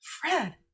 Fred